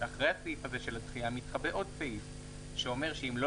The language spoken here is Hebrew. ואחרי הסעיף של הדחייה מתחבא עוד סעיף שאומר שאם לא